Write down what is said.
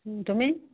তুমি